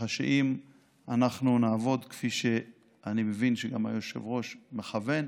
ככה שאם אנחנו נעבוד כפי שאני מבין שגם היושב-ראש מכוון,